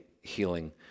healing